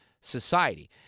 society